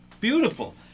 Beautiful